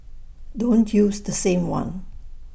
don't use the same one